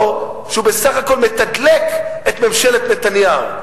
שהוא בסך הכול מתדלק את ממשלת נתניהו,